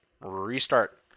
restart